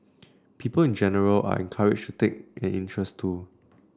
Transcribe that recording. people in general are encouraged to take an interest too